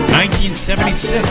1976